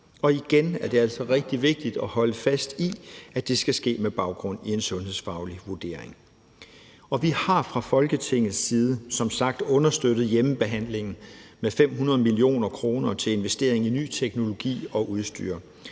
og igen er det altså rigtig vigtigt at holde fast i, at det skal ske med baggrund i en sundhedsfaglig vurdering. Vi har som sagt fra Folketingets side understøttet hjemmebehandlingen med 500 mio. kr. til investering i ny teknologi og udstyr,